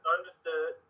understood